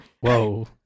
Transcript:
Whoa